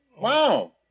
Wow